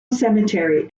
cemetery